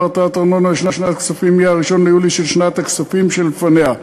הטלת ארנונה לשנת כספים הוא 1 ביולי של שנת הכספים שלפניה,